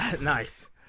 Nice